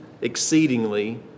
exceedingly